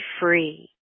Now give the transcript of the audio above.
free